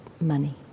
money